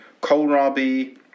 Kohlrabi